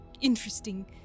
interesting